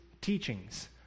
teachings